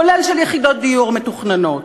כולל של יחידות דיור מתוכננות.